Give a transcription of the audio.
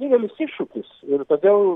didelis iššūkis ir todėl